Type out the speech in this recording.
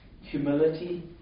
humility